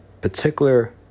particular